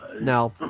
Now